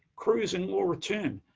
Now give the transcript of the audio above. cruising will return,